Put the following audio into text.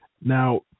Now